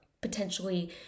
potentially